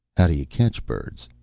how do you catch birds?